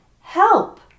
help